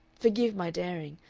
forgive my daring.